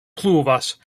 pluvas